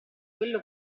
quello